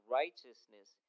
righteousness